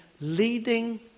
leading